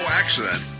accident